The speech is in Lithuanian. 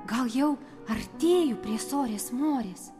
gal jau artėju prie sorės morės